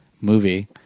movie